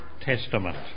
Testament